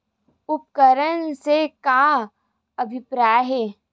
उपकरण से का अभिप्राय हे?